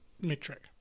metric